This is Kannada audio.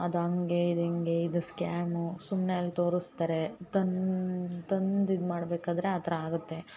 ಅದು ಹಂಗೇ ಇದು ಹಿಂಗೆ ಇದು ಸ್ಕ್ಯಾಮು ಸುಮ್ಮನೆ ಅಲ್ಲಿ ತೋರಿಸ್ತಾರೆ ತನ್ನ ತಂದೆ ಇದು ಮಾಡ್ಬೇಕಾದರೆ ಆ ಥರ ಆಗತ್ತೆ